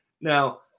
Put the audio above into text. Now